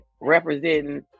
representing